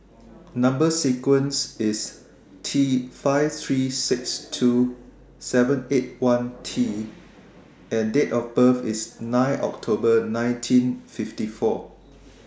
Number sequence IS T five three six two seven eight one T and Date of birth IS nine October nineteen fifty four